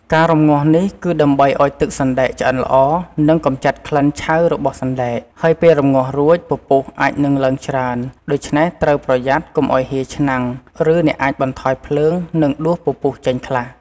ការរំងាស់នេះគឺដើម្បីឱ្យទឹកសណ្តែកឆ្អិនល្អ និងកម្ចាត់ក្លិនឆៅរបស់សណ្តែក ហើយពេលរំងាស់រួច ពពុះអាចនឹងឡើងច្រើន ដូច្នេះត្រូវប្រយ័ត្នកុំឱ្យហៀរឆ្នាំង ឬអ្នកអាចបន្ថយភ្លើង និងដួសពពុះចេញខ្លះ។